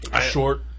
Short